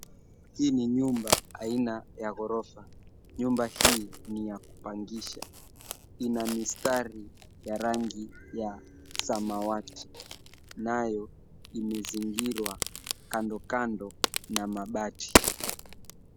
Hii ni nyumba aina ya ghorofa. Nyumba hii ni ya kupangisha. Ina mistari ya rangi ya samawati nayo imezingirwa kandokando na mabati.